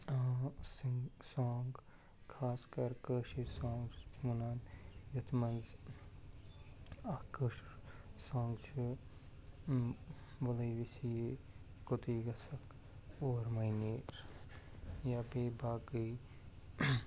Singh song خاص کر کٲشِرۍ سانٛگ چھُس بہٕ وَنان یَتھ منٛز اکھ کٲشُر سانٛگ چھُ وَلَے وٮ۪سہِ یے کوٚتٕے گَژھکھ اور مَے نیر یا بیٚیہِ باقٕے